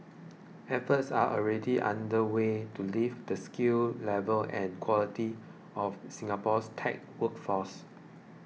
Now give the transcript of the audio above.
efforts are already underway to lift the skill level and quality of Singapore's tech workforce